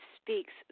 speaks